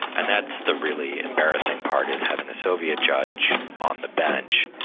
and that's the really embarrassing part is having a soviet judge on the bench.